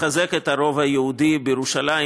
לחזק את הרוב היהודי בירושלים,